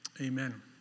Amen